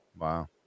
wow